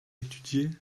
étudier